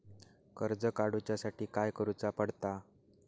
कर्ज काडूच्या साठी काय करुचा पडता?